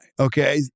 okay